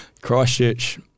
Christchurch